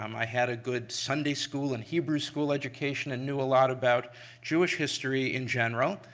um i had a good sunday school and hebrew school education and knew a lot about jewish history in general.